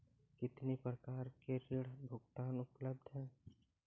कितनी प्रकार के ऋण भुगतान उपलब्ध हैं?